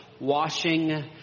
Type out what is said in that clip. washing